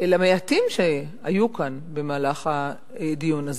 אל המעטים שהיו כאן במהלך הדיון הזה.